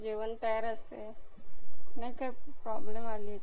जेण तयार असे नाही काही प्रॉब्लेम आली आहे का